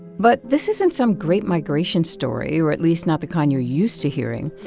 but this isn't some great migration story, or at least not the kind you're used to hearing.